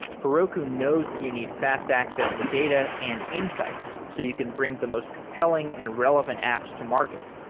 heroku knows that you need fast access to data and insights so you can bring the most compelling and relevant apps to market.